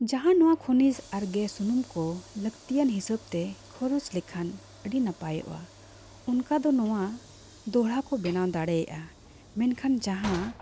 ᱡᱟᱦᱟᱸ ᱱᱚᱣᱟ ᱠᱷᱩᱱᱤᱡᱽ ᱟᱨ ᱜᱮᱥ ᱥᱩᱱᱩᱢ ᱠᱚ ᱞᱟᱹᱠᱛᱤᱭᱟᱱ ᱦᱤᱥᱟᱹᱵᱽ ᱛᱮ ᱠᱷᱚᱨᱚᱪ ᱞᱮᱠᱷᱟᱱ ᱟᱹᱰᱤ ᱱᱟᱯᱟᱭᱚᱜᱼᱟ ᱚᱱᱠᱟ ᱫᱚ ᱱᱚᱣᱟ ᱫᱚᱦᱲᱟ ᱠᱚ ᱵᱮᱱᱟᱣ ᱫᱟᱲᱮᱭᱟᱜᱼᱟ ᱢᱮᱱᱠᱷᱟᱱ ᱡᱟᱦᱟᱸ